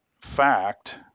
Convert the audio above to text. fact